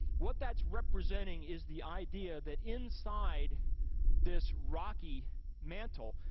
what that's representing is the idea that inside this rocky mantle,